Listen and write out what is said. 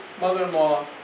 mother-in-law